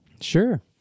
Sure